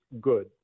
good